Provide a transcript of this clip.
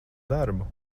darbu